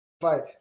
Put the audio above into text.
fight